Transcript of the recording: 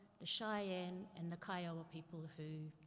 the cheyenne and the kiowa people, who,